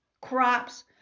Crops